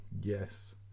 Yes